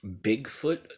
Bigfoot